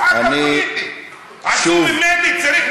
אני לא מבין.